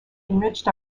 enriched